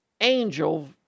angel